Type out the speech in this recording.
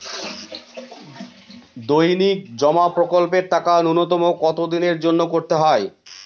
দৈনিক জমা প্রকল্পের টাকা নূন্যতম কত দিনের জন্য করতে হয়?